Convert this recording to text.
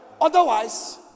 Otherwise